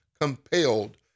compelled